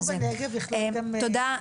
תודה.